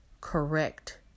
correct